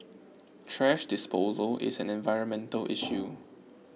thrash disposal is an environmental issue